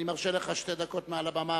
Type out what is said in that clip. אני מרשה לך שתי דקות מעל הבמה,